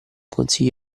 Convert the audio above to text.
consigli